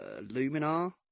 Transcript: Luminar